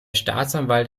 staatsanwalt